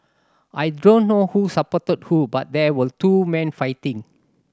I don't know who supported who but there were two men fighting